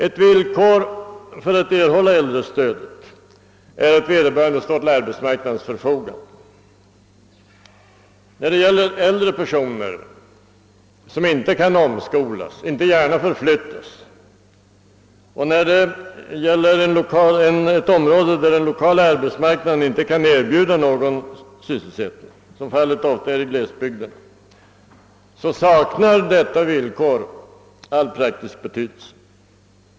Ett villkor för att erhålla äldrestödet är att vederbörande står till arbetsmarknadens förfogande. När det gäller äldre personer, som inte kan omskolas och inte gärna förflyttas, och när det gäller områden där den lokala arbetsmarknaden inte kan erbjuda någon sysselsättning, såsom fallet ofta är i glesbygderna, saknar detta villkor all praktisk betydelse.